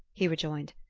he rejoined.